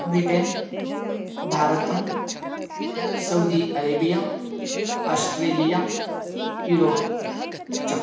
Britain भारतं Saudi Arabia Australia Europe च